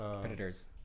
Predators